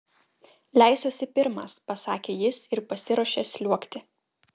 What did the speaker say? leisiuosi pirmas pasakė jis ir pasiruošė sliuogti